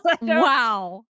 Wow